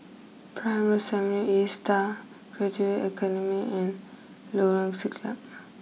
Primrose A Star Graduate Academy and Lorong Siglap